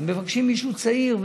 הם מבקשים מישהו צעיר.